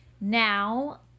now